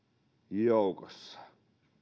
joukossa